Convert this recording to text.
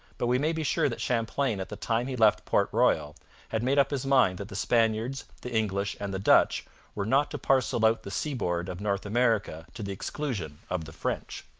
but we may be sure that champlain at the time he left port royal had made up his mind that the spaniards, the english, and the dutch were not to parcel out the seaboard of north america to the exclusion of the french.